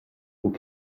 aux